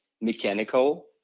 mechanical